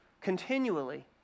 continually